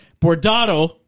Bordado